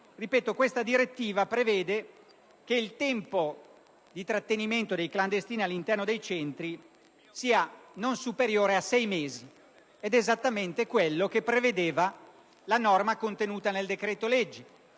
personali - prevede che il tempo di trattenimento dei clandestini all'interno dei centri sia non superiore a sei mesi: ed è esattamente quello che prevedeva la norma contenuta nel decreto-legge,